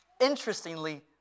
interestingly